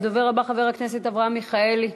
הדובר הבא, חבר הכנסת אברהם מיכאלי.